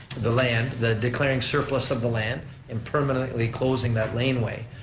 the land, the declaring surplus of the land and permanently closing that laneway,